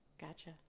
Gotcha